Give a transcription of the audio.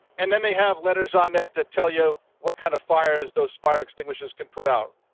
and then they have letters on that that tell you what kind of fires those fire extinguishers can put out.